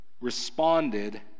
responded